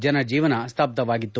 ಜನಜೀವನ ಸ್ಥಬ್ದವಾಗಿತ್ತು